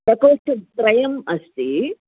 प्रकोष्ठत्रयम् अस्ति